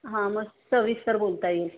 हां मग सविस्तर बोलता येईल